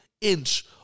inch